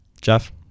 Jeff